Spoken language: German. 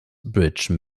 bridge